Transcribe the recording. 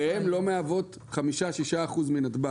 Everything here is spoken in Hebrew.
שהן לא מהוות חמישה או שישה אחוזים מנתב"ג.